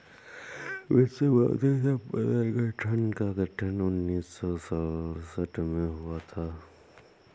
विश्व बौद्धिक संपदा संगठन का गठन उन्नीस सौ सड़सठ में हुआ था